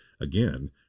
again